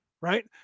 right